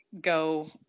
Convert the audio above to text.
go